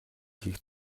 хийх